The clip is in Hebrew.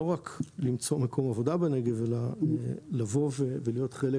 לא רק למצוא מקום עבודה בנגב אלא לבוא ולהיות חלק